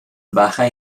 baja